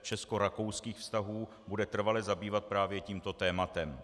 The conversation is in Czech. českorakouských vztahů bude trvale zabývat právě tímto tématem.